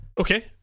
Okay